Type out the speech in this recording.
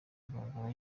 agaragara